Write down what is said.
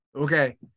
Okay